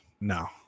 no